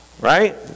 Right